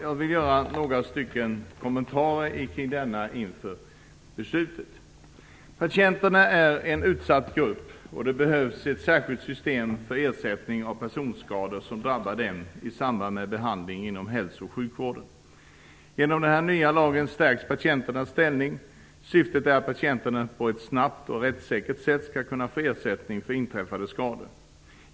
Jag vill göra några kommentarer inför detta beslut. Patienterna är en utsatt grupp. Det behövs ett särskilt system för ersättning av personskador som drabbar dem i samband med behandling inom hälso och sjukvården. Genom den nya lagen stärks patienternas ställning. Syftet är att patienterna snabbt och på ett rättssäkerhet sätt skall kunna få ersättning för inträffade skador.